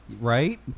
Right